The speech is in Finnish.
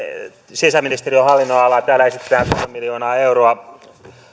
sisäministeriön hallinnonalaa täällä esitetään pari miljoonaa euroa